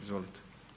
Izvolite.